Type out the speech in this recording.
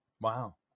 Wow